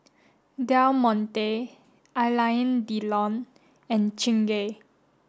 Del Monte Alain Delon and Chingay